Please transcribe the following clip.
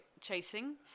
chasing